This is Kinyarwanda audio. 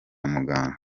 muganga